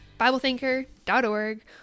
BibleThinker.org